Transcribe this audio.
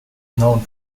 known